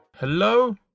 Hello